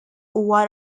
huwa